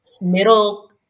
Middle